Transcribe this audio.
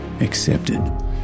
accepted